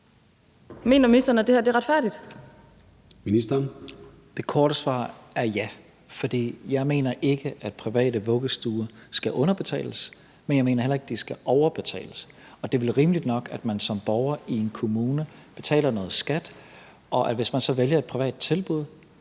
undervisningsministeren (Mattias Tesfaye): Det korte svar er ja, for jeg mener ikke, at private vuggestuer skal underbetales, men jeg mener heller ikke, at de skal overbetales. Det er vel rimeligt nok, at man som borger i en kommune betaler noget skat, og at der, hvis man så vælger et privat tilbud,